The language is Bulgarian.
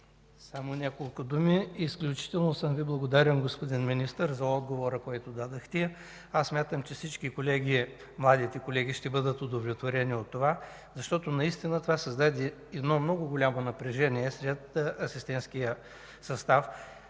Само няколко думи. Изключително съм Ви благодарен, господин Министър, за отговора, който дадохте. Смятам, че младите колеги ще бъдат удовлетворени от това, защото наистина това създаде много голямо напрежение сред асистентския състав.